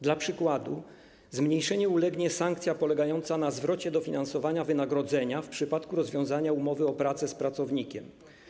Dla przykładu zmniejszeniu ulegnie sankcja polegająca na zwrocie dofinansowania wynagrodzenia w przypadku rozwiązania umowy o pracę z pracownikiem.